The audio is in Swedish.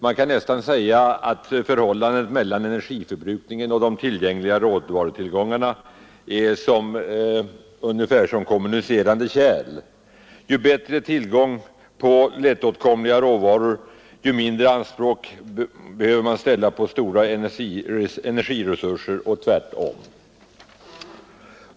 Man kan nästan säga att förhållandet mellan energiförbrukningen och de tillgängliga råvarutillgångarna är som det i kommunicerande kärl: ju bättre tillgång på lättåtkomliga råvaror, desto mindre anspråk behöver man ställa på stora energiresurser och tvärtom.